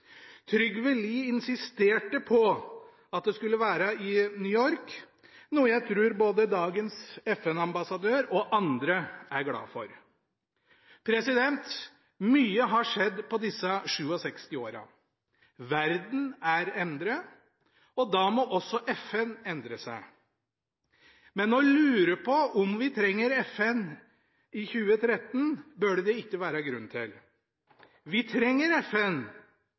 Trygve Lie insisterte på at det skulle være i New York, noe jeg tror både dagens FN-ambassadør og andre er glad for. Mye har skjedd på disse 67 åra. Verden er endret, og da må også FN endre seg. Men å lure på om vi trenger FN i 2013 burde det ikke være grunn til. Vi trenger FN – et annerledes FN enn i 1946, et bedre og sterkere FN.